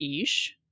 ish